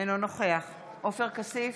אינו נוכח עופר כסיף,